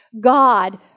God